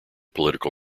political